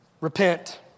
Repent